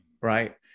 right